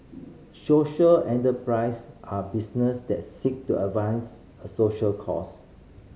social enterprise are business that seek to advance a social cause